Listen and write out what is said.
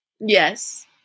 Yes